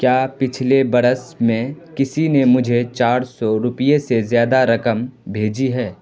کیا پچھلے برس میں کسی نے مجھے چار سو روپیے سے زیادہ رقم بھیجی ہے